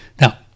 Now